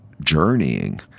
journeying